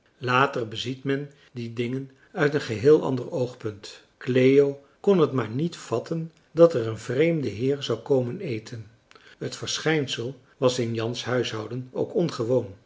later beziet men die dingen uit een geheel ander oogpunt cleo kon t maar niet vatten dat er een vreemde heer zou komen eten het verschijnsel was in jans huishouden ook ongewoon